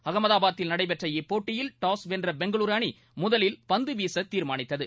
அகமதாபாதில் நடைபெற்ற இப்போட்டியில் டாஸ் வென்ற பெங்களுரு அணி முதலில் பந்து வீச தீர்மானித்தது